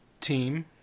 team